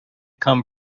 come